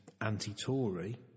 anti-tory